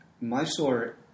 Mysore